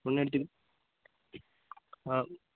ஒன்று ஆ